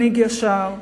כמנהיג ישר,